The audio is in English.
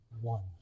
one